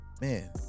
Man